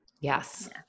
Yes